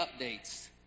updates